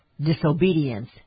disobedience